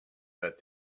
that